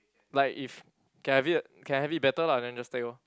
like if can have it can have it better lah then just take lor